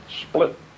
Split